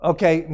Okay